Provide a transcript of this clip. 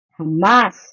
Hamas